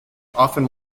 often